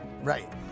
Right